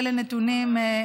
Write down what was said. אלה נתונים,